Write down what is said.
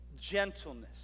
gentleness